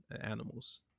animals